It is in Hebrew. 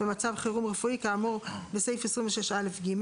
במצב חירום רפואי כאמור בסעיף 26א(ג).